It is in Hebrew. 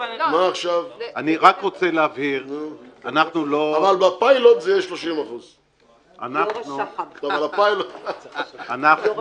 אני רק רוצה להבהיר --- אבל בפיילוט זה יהיה 30%. בצחוק.